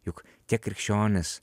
juk tiek krikščionys